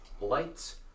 Lights